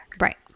Right